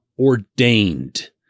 ordained